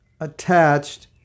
attached